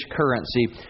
currency